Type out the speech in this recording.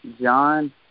John